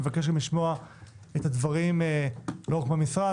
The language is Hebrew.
אני מבקש לשמוע את הדברים לא רק מהמשרד